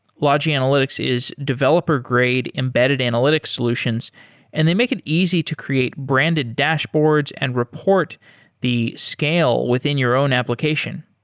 logi analytics is developer grade embedded analytics solutions and they make it easy to create branded dashboards and report the scale within your own application.